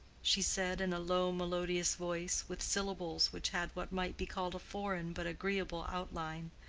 she said, in a low melodious voice, with syllables which had what might be called a foreign but agreeable outline.